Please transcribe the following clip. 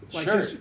Sure